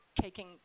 taking